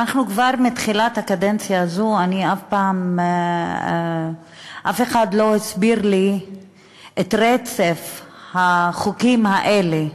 כבר מתחילת הקדנציה הזאת אף אחד לא הסביר לי את רצף החוקים האלה,